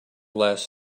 last